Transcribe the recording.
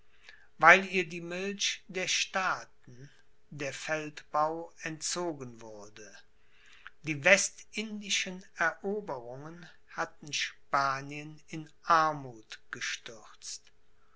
weil ihr die milch der staaten der feldbau entzogen wurde die westindischen eroberungen hatten spanien in armuth gestürzt